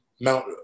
Mount